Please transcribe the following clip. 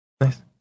Nice